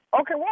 Okay